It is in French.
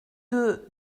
deux